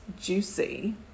juicy